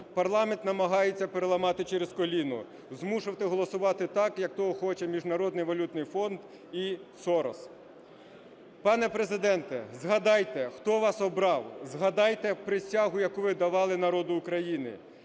Парламент намагаються переламати через коліно, змушувати голосувати так, як того хоче Міжнародний валютний фонд і Сорос. Пане Президенте, згадайте, хто вас обрав, згадайте присягу, яку ви давали народу України